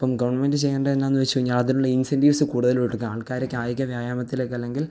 അപ്പം ഗവൺമെന്റ് ചെയ്യേണ്ടത് എന്ന് വെച്ച് കഴിഞ്ഞാൽ അതിനുള്ള ഇന്സന്റീവ്സ് കൂടുതല് കൊടുക്കുക ആള്ക്കാരെ കായിക വ്യായാമത്തിലേയ്ക്ക് അല്ലെങ്കില്